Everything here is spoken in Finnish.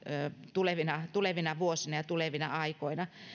tulevina tulevina vuosina ja tulevina aikoina